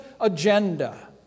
agenda